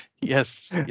Yes